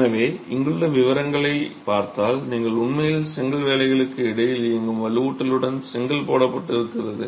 எனவே இங்குள்ள விவரங்களைப் பார்த்தால் நீங்கள் உண்மையில் செங்கல் வேலைகளுக்கு இடையில் இயங்கும் வலுவூட்டலுடன் செங்கல் போடப்பட்டிருக்கிறது